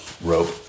rope